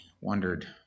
wondered